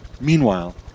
Meanwhile